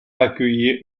accueillir